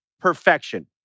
perfection